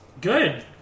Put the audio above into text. good